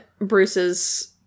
Bruce's